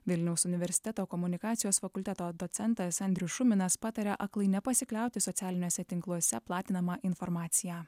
vilniaus universiteto komunikacijos fakulteto docentas andrius šuminas pataria aklai nepasikliauti socialiniuose tinkluose platinama informacija